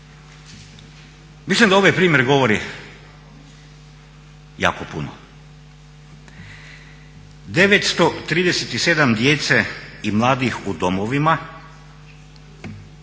Mislim da ovaj primjer govori jako puno. 937 djece i mladih u domovima,